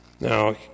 Now